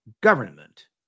government